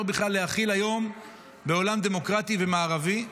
בכלל להכיל היום בעולם דמוקרטי ומערבי,